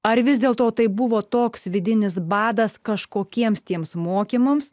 ar vis dėlto tai buvo toks vidinis badas kažkokiems tiems mokymams